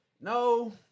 No